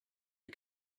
you